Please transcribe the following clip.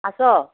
আছ